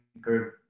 good